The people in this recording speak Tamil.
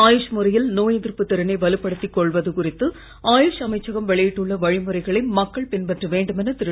ஆயுஷ் முறையில் நோய் எதிர்ப்பு திறனை வலுப்படுத்திக் கொள்வது குறித்து ஆயுஷ் அமைச்சகம் வெளியிட்டுள்ள வழிமுறைகளை மக்கள் பின்பற்ற வேண்டும் என திரு